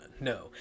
No